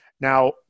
now